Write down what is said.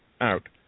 out